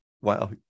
Wow